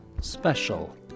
Special